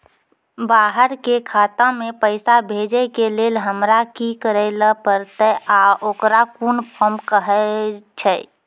बाहर के खाता मे पैसा भेजै के लेल हमरा की करै ला परतै आ ओकरा कुन फॉर्म कहैय छै?